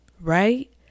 right